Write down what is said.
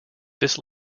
this